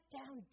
down